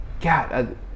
God